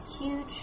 huge